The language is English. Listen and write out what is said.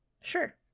Sure